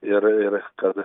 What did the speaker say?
ir ir kad